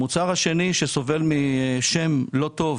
המוצר השני, שסובל משם לא טוב,